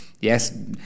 Yes